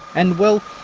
and, well,